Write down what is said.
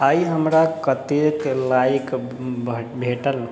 आइ हमरा कतेक लाइक भेटल